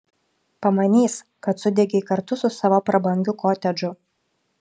pamanys kad sudegei kartu su savo prabangiu kotedžu